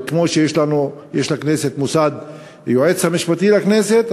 כמו שיש לכנסת מוסד של היועץ המשפטי לכנסת,